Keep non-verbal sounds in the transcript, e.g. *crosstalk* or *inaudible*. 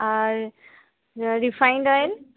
R *unintelligible* refined oil